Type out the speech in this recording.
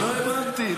אתה הבנת נכון.